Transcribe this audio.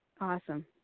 Awesome